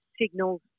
signals